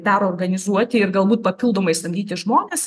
perorganizuoti ir galbūt papildomai samdyti žmones